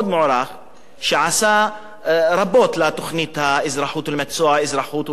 שעשה רבות לתוכנית האזרחות ולמקצוע האזרחות ולספר האזרחות,